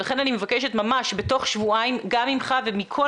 ולכן אני מבקשת ממש בתוך שבועיים גם ממך ומכל